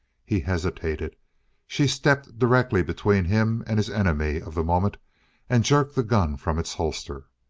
he hesitated she stepped directly between him and his enemy of the moment and jerked the gun from its holster.